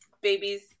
babies